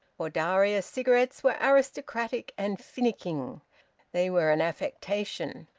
for darius cigarettes were aristocratic and finicking they were an affectation.